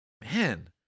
man